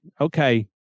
Okay